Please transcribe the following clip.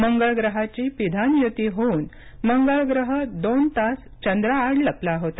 मंगळ ग्रहाची पिधान युती होऊन मंगळ ग्रह दोन तास चंद्राआड लपला होता